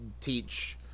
teach